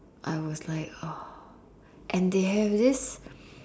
I was like !ah! and they have this